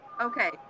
Okay